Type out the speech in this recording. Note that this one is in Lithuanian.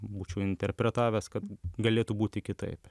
būčiau interpretavęs kad galėtų būti kitaip